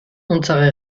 unsere